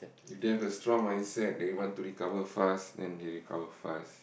if they have a strong mindset then he want to recover fast then he recover fast